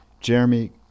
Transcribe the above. Jeremy